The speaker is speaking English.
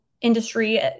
industry